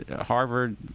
Harvard